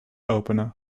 openen